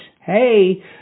Hey